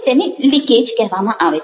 તેને લીકેજ કહેવામાં આવે છે